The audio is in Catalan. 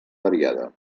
variada